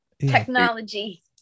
technology